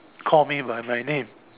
call me by my name